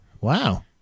Wow